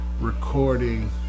recording